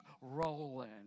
rolling